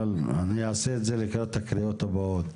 אבל אני אעשה את זה לקראת הקריאות הבאות.